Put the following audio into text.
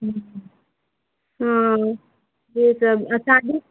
हूँ ओसब आओर शादी